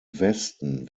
westen